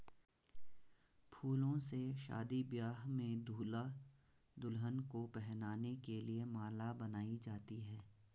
फूलों से शादी ब्याह में दूल्हा दुल्हन को पहनाने के लिए माला बनाई जाती है